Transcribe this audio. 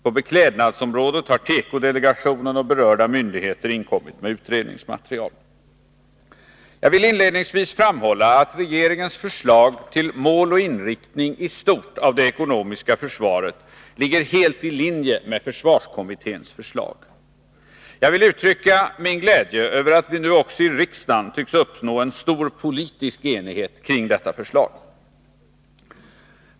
På beklädnadsområdet har tekodelegationen och berörda myndigheter inkommit med utredningsmaterial. Jag vill inledningsvis framhålla att regeringens förslag till mål och inriktning i stort av det ekonomiska försvaret ligger helt i linje med försvarskommitténs förslag. Jag vill uttrycka min glädje över att vi också i riksdagen tycks uppnå en stor politisk enighet kring detta förslag.